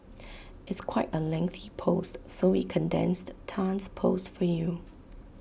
it's quite A lengthy post so we condensed Tan's post for you